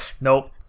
nope